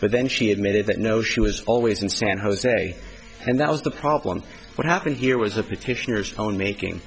but then she admitted that no she was always in san jose and that was the problem what happened here was the petitioners own making